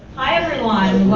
hi everyone.